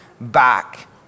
back